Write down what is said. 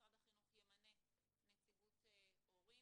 שמשרד החינוך ימנה נציגות הורים.